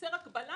יוצר הקבלה,